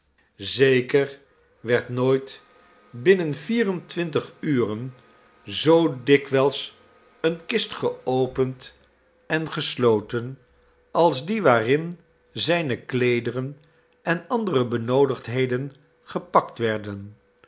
zeker werd nooit binnen vier en twintig uren zoo dikwijls eene kist geopend en gesloten als die waarin zijne kleederen en andere benoodigdheden gepakt werden